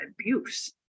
abuse